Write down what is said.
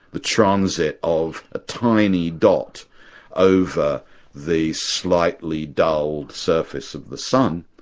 the transit of a tiny dot over the slightly dull surface of the sun,